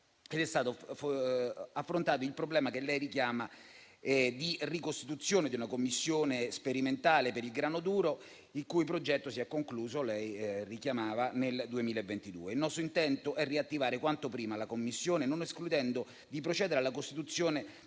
ed è stato affrontato il problema che lei richiama di ricostituzione di una commissione sperimentale per il grano duro, il cui progetto si è concluso, come lei richiamava, nel 2022. Il nostro intento è riattivare quanto prima la commissione, non escludendo di procedere alla costituzione